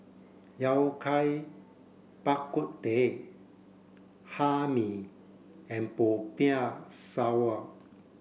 Yao Cai Bak Kut Teh Hae Mee and Popiah Sayur